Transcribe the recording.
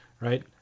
right